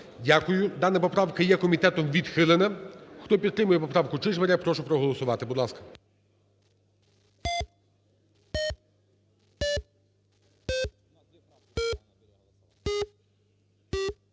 Дякую. Дана поправка є комітетом відхилена. Хто підтримує поправку Чижмаря, прошу проголосувати, будь ласка.